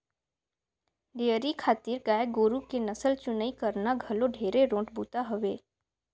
dairy खातिर गाय गोरु के नसल चुनई करना घलो ढेरे रोंट बूता हवे